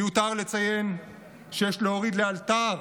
מיותר לציין שיש להוריד לאלתר